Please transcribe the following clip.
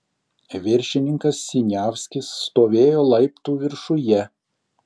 viršininkas siniavskis stovėjo laiptų viršuje